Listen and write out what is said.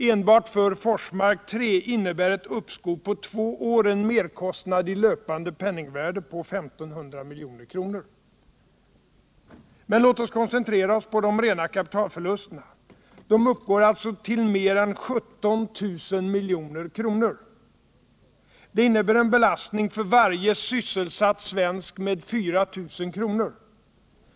Enbart för Forsmark 3 innebär ett uppskov på två år en merkostnad i löpande penningvärde på 1 500 milj.kr. Men låt oss koncentrera oss på de rena kapitalförlusterna. De uppgår alltså till mer än 17000 milj.kr. Det innebär en belastning för varje sysselsatt svensk med 4 000 kr.